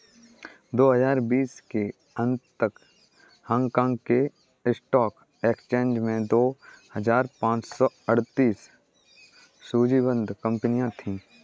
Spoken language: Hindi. दो हजार बीस के अंत तक हांगकांग के स्टॉक एक्सचेंज में दो हजार पाँच सौ अड़तीस सूचीबद्ध कंपनियां थीं